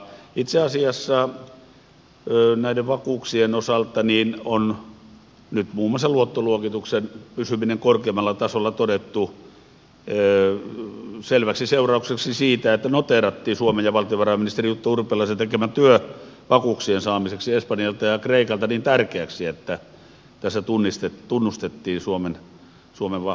itse asiassa näiden vakuuksien osalta on nyt muun muassa luottoluokituksen pysyminen korkeammalla tasolla todettu selväksi seuraukseksi siitä että noteerattiin suomen ja valtiovarainministeri jutta urpilaisen tekemä työ vakuuksien saamiseksi espanjalta ja kreikalta niin tärkeäksi ja tässä tunnustettiin suomen vahvempaa asemaa